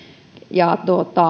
ja